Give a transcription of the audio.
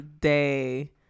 day